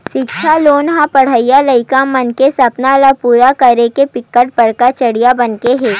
सिक्छा लोन ह पड़हइया लइका मन के सपना ल पूरा करे के बिकट बड़का जरिया बनगे हे